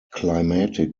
climatic